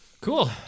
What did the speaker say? Cool